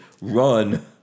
run